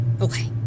Okay